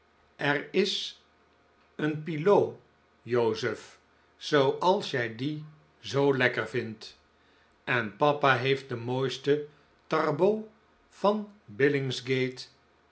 er is een pilau joseph zooals jij die zoo lekker vindt en papa heeft de mooiste tarbot van